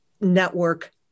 Network